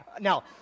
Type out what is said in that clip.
Now